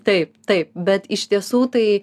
taip taip bet iš tiesų tai